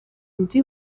ndi